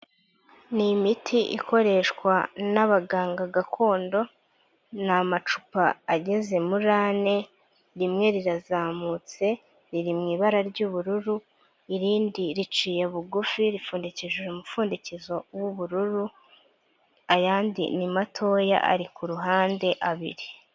Ni imiti ikoreshwa n'abaganga gakondo, ni amacupa ageze muri ane, rimwe rirazamutse riri mu ibara ry'ubururu, irindi riciye bugufi ripfundikishije umupfundikizo w'ubururu, ayandi ni matoya ari ku ruhande abiri.